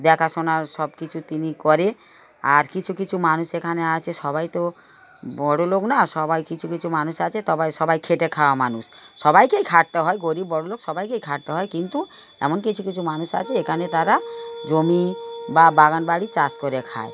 দেখাশোনা সব কিছু তিনি করে আর কিছু কিছু মানুষ এখানে আছে সবাই তো বড়লোক না সবাই কিছু কিছু মানুষ আছে তবাই সবাই খেটে খাওয়া মানুষ সবাইকেই খাটতে হয় গরিব বড়লোক সবাইকেই খাটতে হয় কিন্তু এমন কিছু কিছু মানুষ আছে এখানে তারা জমি বা বাগান বাড়ি চাষ করে খায়